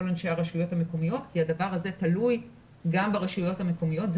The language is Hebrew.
אנשי הרשויות המקומיות כי הדבר הזה תלוי גם ברשויות המקומיות,